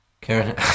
Karen